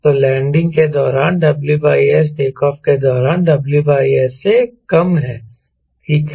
तो लैंडिंग के दौरान WS टेक ऑफ के दौरान WS से कम है ठीक है